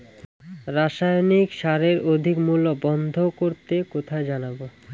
রাসায়নিক সারের অধিক মূল্য বন্ধ করতে কোথায় জানাবো?